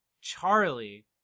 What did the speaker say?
Charlie